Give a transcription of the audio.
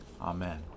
Amen